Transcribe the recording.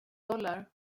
dollar